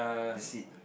the seat